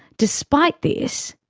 despite this,